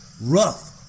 Rough